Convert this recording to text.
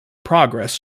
progress